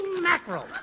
mackerel